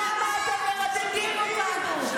למה אתם מרדדים אותנו?